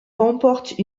remporte